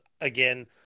again